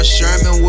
Sherman